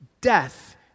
death